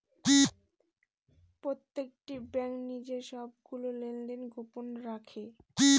প্রত্যেকটি ব্যাঙ্ক নিজের সবগুলো লেনদেন গোপন রাখে